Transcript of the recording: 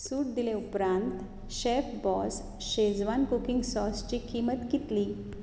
सूट दिले उपरांत chef boss Schezwan cooking सॉसची किंमत कितली